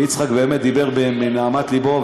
ויצחק באמת דיבר מנהמת לבו,